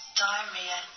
diarrhea